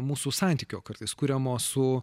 mūsų santykio kartais kuriamo su